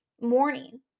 morning